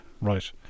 Right